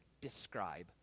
describe